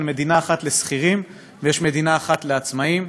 מדינה אחת לשכירים ויש מדינה אחת לעצמאים.